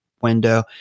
window